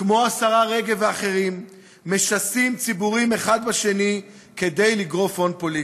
כמו השרה רגב ואחרים משסים ציבורים אחד בשני כדי לגרוף הון פוליטי.